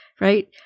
right